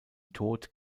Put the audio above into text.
tod